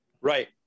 Right